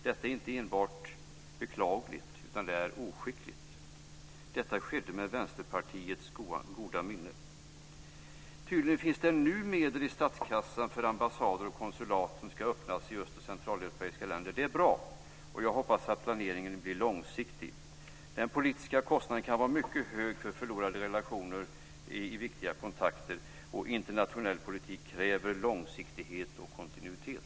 Detta är inte enbart beklagligt, utan det är oskickligt - och detta skedde med Tydligen finns det nu medel i statskassan för ambassader och konsulat som ska öppnas i öst och centraleuropeiska länder, och det är bra. Jag hoppas att planeringen blir långsiktig. Den politiska kostnaden kan vara mycket hög för förlorade relationer i viktiga kontakter, och internationell politik kräver långsiktighet och kontinuitet.